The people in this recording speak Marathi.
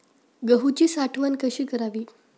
गहूची साठवण कशी करावी?